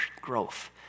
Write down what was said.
growth